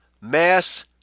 mass